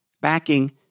backing